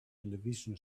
television